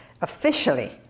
officially